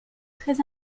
très